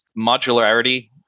modularity